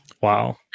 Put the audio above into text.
Wow